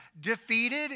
defeated